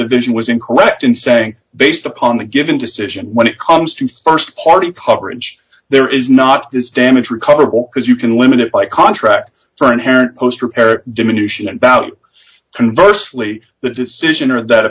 division was incorrect in saying based upon the given decision when it comes to st party coverage there is not this damage recoverable because you can limit it by contract for inherent post repair diminution about conversed lee the decision or that